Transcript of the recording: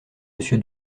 monsieur